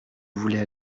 voulais